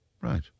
Right